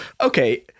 okay